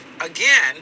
again